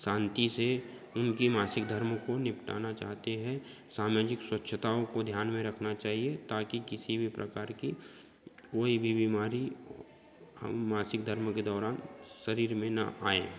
शांति से उनके मासिक धर्म को निपटाना चाहते हैं सामाजिक स्वछताओं को ध्यान में रखना चाहिए ताकी किसी भी प्रकार की कोई भी बीमारी हम मासिक धर्म के दौरान शरीर में न आए